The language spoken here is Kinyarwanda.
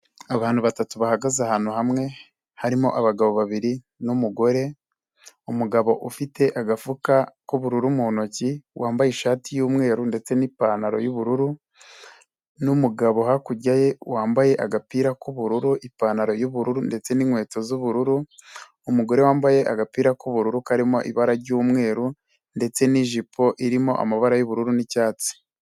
Abantu batatu bahagaze ahantu hamwe. Harimo abagabo babiri n'umugore, umugabo ufite agafuka k'ubururu mu ntoki wambaye ishati y'umweru ndetse n'ipantaro y'ubururu n'umugabo hakurya ye wambaye agapira k'ubururu, ipantaro y'ubururu ndetse n'inkweto z'ubururu, umugore wambaye agapira k'ubururu karimo ibara ry'umweru ndetse n'ijipo irimo amabara y'ubururu n'icyatsi.